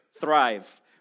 Thrive